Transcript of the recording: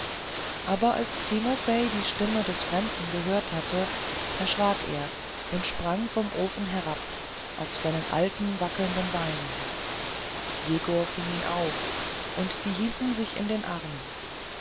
aber als timofei die stimme des fremden gehört hatte erschrak er und sprang vom ofen herab auf seine alten schwankenden beine jegor fing ihn auf und sie hielten sich in den armen